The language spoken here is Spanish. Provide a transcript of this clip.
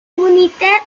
united